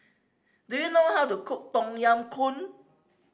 do you know how to cook Tom Yam Goong